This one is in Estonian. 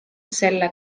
selle